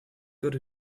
got